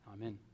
Amen